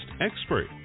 expert